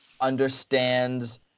understands –